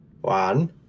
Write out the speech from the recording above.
One